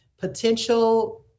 potential